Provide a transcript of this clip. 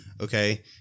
Okay